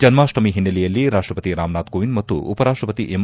ಜನ್ಮಾಷ್ನಮಿ ಹಿನ್ನೆಲೆಯಲ್ಲಿ ರಾಷ್ನಪತಿ ರಾಮನಾಥ ಕೋವಿಂದ್ ಮತ್ತು ಉಪರಾಷ್ನಪತಿ ಎಂ